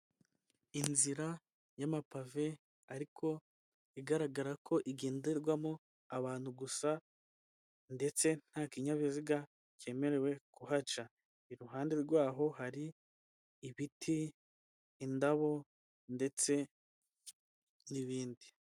Inzira y'amapave ariko igaragara ko igenderwamo abantu gusa ndetse nta kinyabiziga cyemerewe kuhaca iruhande rwaho hari ibiti, indabo ndetse n'ibindi.